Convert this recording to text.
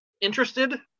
interested